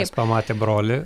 jis pamatė brolį